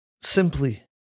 simply